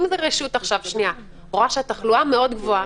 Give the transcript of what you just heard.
אם הרשות רואה שהתחלואה מאוד גבוהה,